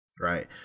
right